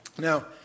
Now